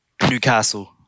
Newcastle